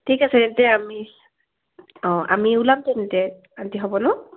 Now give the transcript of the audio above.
ঠিক আছে এতিয়া আমি অঁ আমি ওলাম তেন্তে আন্টি হ'ব নহ্